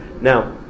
Now